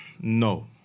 No